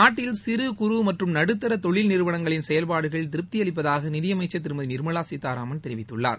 நாட்டில் சிறு குறு மற்றும் நடுத்தர தொழில் நிறுவனங்களின் செயல்பாடுகள் திருப்தி அளிப்பதாக நிதியமைச்சர் திருமதி நிர்மலா சீதாராமன் தெரிவித்துள்ளார்